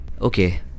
Okay